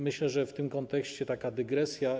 Myślę, że w tym kontekście taka dygresja.